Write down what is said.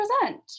present